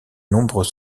nombreux